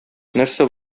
нәрсә